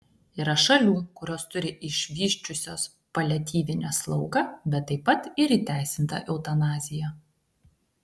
yra šalių kurios turi išvysčiusios paliatyvinę slaugą bet taip pat ir įteisintą eutanaziją